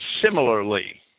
similarly